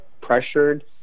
pressured